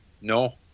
No